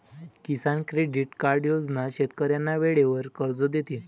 किसान credit card योजना शेतकऱ्यांना वेळेवर कर्ज देते